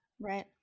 Right